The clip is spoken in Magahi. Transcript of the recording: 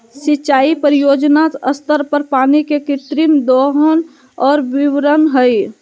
सिंचाई परियोजना स्तर पर पानी के कृत्रिम दोहन और वितरण हइ